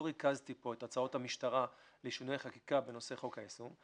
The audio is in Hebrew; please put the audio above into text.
לא ריכזתי פה את הצעות המשטרה לשינויי חקיקה בנושא חוק היישום.